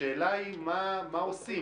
השאלה היא מה עושים?